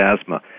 asthma